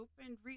opened